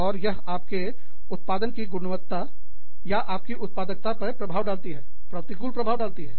और यह आपके उत्पादन की गुणवत्ता या आपकी उत्पादकता पर प्रभाव डालती है प्रतिकूल प्रभाव डालती है